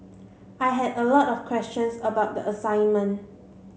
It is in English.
I had a lot of questions about the assignment